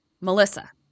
Melissa